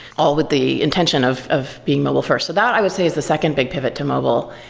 all with the intention of of being mobile first. that i would say is the second big pivot to mobile.